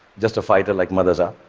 just a fighter like mothers are.